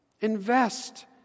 Invest